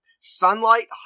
sunlight